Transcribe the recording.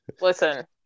Listen